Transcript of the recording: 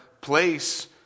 place